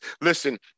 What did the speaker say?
Listen